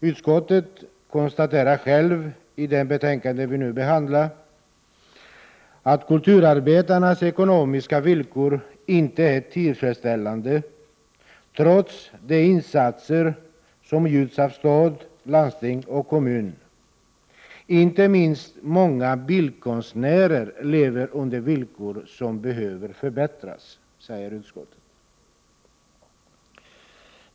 I det betänkande som vi nu behandlar konstaterar utskottet att kulturarbetarnas ekonomiska villkor inte är tillfredsställande, trots de insatser som gjorts av stat, landsting och kommun. Inte minst många bildkonstnärer lever under villkor som behöver förbättras, anför utskottet.